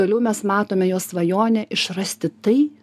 toliau mes matome jos svajonę išrasti tai